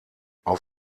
auf